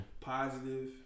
Positive